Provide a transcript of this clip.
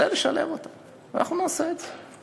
זה נקרא לשלב אותם, ואנחנו נעשה את זה.